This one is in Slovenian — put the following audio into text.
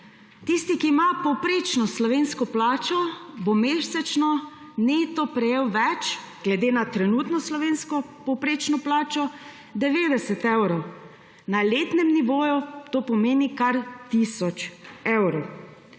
Tisti, ki ima povprečno slovensko plačo, bo mesečno neto prejel več glede na trenutno slovensko povprečno plačo 90 evrov. Na letnem nivoju to pomeni kar tisoč evrov.